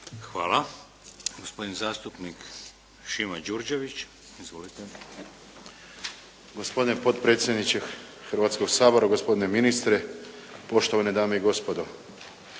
Hvala. Gospodin zastupnik Šimo Đurđević. Izvolite. **Đurđević, Šimo (HDZ)** Gospodine potpredsjedniče Hrvatskog sabora, gospodine ministre, poštovane dame i gospodo.